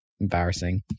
embarrassing